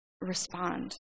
respond